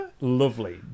Lovely